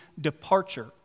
departure